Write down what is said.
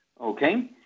okay